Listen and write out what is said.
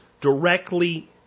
directly